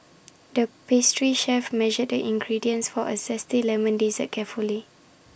the pastry chef measured the ingredients for A Zesty Lemon Dessert carefully